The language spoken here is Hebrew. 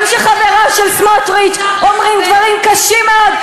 גם כשחבריו של סמוטריץ אומרים דברים קשים מאוד,